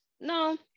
No